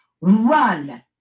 run